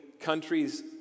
countries